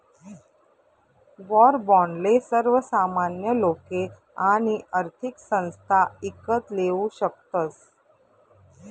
war बाॅन्डले सर्वसामान्य लोके आणि आर्थिक संस्था ईकत लेवू शकतस